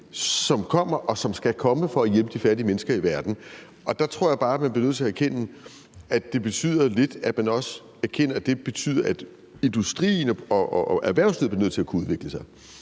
som kommer, og som skal komme for at hjælpe de fattige mennesker i verden. Der tror jeg bare, man bliver nødt til at erkende, at det betyder, at industrien og erhvervslivet bliver nødt til at kunne udvikle sig.